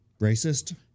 Racist